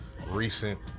recent